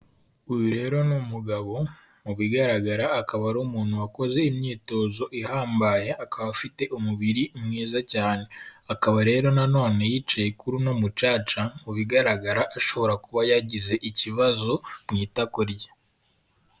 Uyu rero ni umugabo, mu bigaragara akaba ari umuntu wakoze imyitozo ihambaye, akaba afite umubiri mwiza cyane, akaba rero nanone yicaye kuri uno mucaca, mu bigaragara ashobora kuba yagize ikibazo mu itako rye.